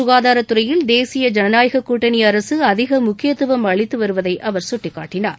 சுகாதாரத்துறையில் தேசிய ஜனநாயக கூட்டணி அரசு அதிக முக்கியத்தும் அளித்து வருவதை அவர் சுட்டிக்காட்டினார்